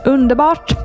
Underbart